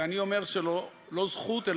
ואני אומר שזו לא זכות,